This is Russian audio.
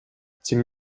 тем